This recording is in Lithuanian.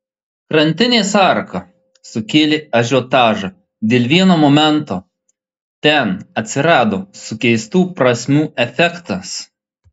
krantinės arka sukėlė ažiotažą dėl vieno momento ten atsirado sukeistų prasmių efektas